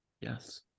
Yes